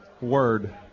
word